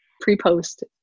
pre-post